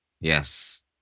Yes